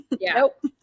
Nope